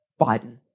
Biden